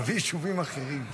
תביא יישובים אחרים.